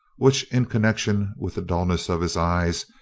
which, in connection with the dullness of his eyes,